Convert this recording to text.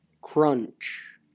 crunch